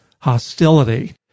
hostility